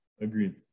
agreed